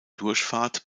durchfahrt